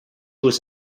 was